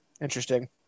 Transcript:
Interesting